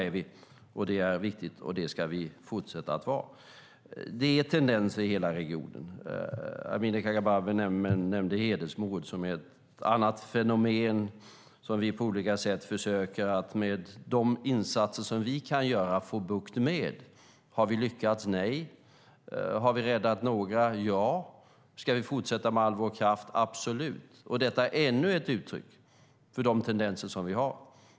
Tydliga är vi, och det ska vi fortsätta att vara. Det finns tendenser i hela regionen. Amineh Kakabaveh nämnde hedersmord som ett annat fenomen som vi på olika sätt med de insatser som vi kan göra försöker att få bukt med. Har vi lyckats? Nej. Har vi räddat några? Ja. Ska vi fortsätta med all vår kraft? Absolut. Detta är ännu ett uttryck för de tendenser som finns.